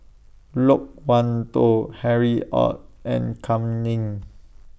Loke Wan Tho Harry ORD and Kam Ning